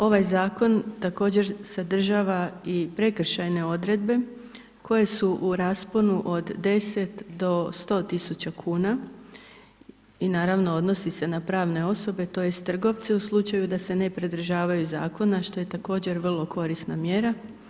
Ovaj Zakon također sadržava i prekršajne odredbe, koje su u rasponu od 10,00 do 100.000,00 kuna, i naravno odnosi se na pravne osobe to jest trgovce, u slučaju da se ne pridržavaju Zakona što je također vrlo korisna mjera.